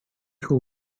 who